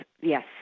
yes